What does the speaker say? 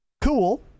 Cool